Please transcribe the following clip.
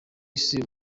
isi